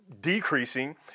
decreasing